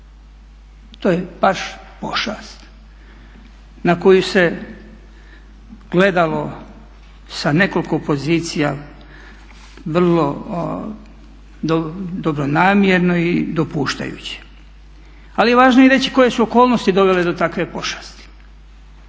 To je baš pošast na koju se gledalo sa nekoliko pozicija, vrlo dobronamjerno i dopuštajuće. Ali važno je reći koje su okolnosti dovele do takve pošasti.